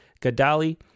Gadali